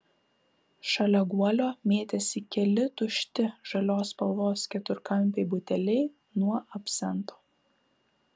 šalia guolio mėtėsi keli tušti žalios spalvos keturkampiai buteliai nuo absento